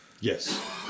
Yes